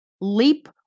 leap